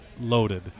loaded